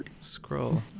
scroll